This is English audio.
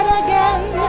again